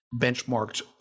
benchmarked